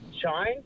shine